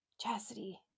Chastity